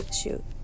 shoot